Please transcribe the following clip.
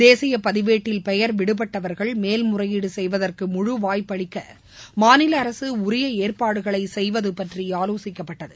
தேசிய பதிவேட்டில் பெயர் விடுபட்டவர்கள் மேல்முறையீடு செய்வதற்கு முழு வாய்ப்பு அளிக்க மாநில அரசு உரிய ஏற்பாடுகளை செய்வது பற்றி ஆலோசிக்கபட்டது